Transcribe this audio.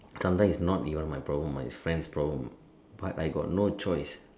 sometimes is not even my problem my friends problem but I got no choice